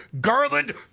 Garland